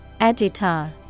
Agita